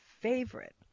favorite